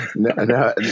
No